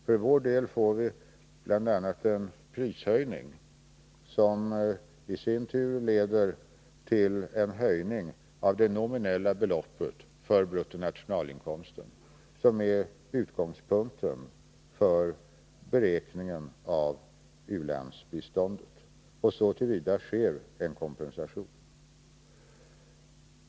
För vår del får vi bl.a. en prishöjning, som i sin tur leder till en höjning av det nominella beloppet för bruttonationalinkomsten, som är utgångspunkten för beräkningen av u-landsbiståndet. Så till vida blir det en kompensation.